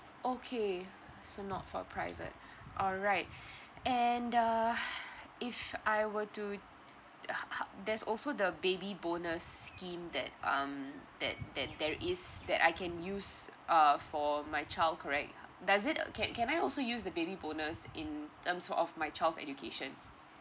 okay so not for private alright and uh if I were to how how there's also the baby bonus scheme that um that that there is that I can use uh for my child correct does it can can I also use the baby bonus in terms of my child's education